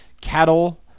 cattle